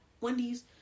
Wendy's